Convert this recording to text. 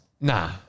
Nah